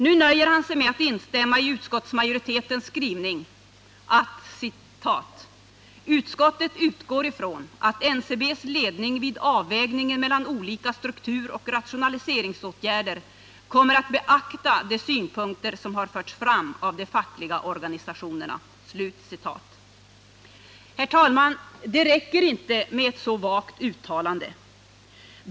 Nu nöjer han sig med att instämma i utskottsmajoritetens skrivning: ”Utskottet 155 utgår ifrån att NCB:s ledning vid avvägningen mellan olika strukturoch rationaliseringsåtgärder kommer att beakta de synpunkter som har förts fram av de fackliga organisationerna.” Herr talman! Det räcker inte med ett så vagt uttalande.